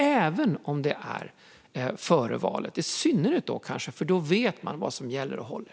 Det gäller även före valet, och då kanske i synnerhet. För då vet människor vad som gäller och håller.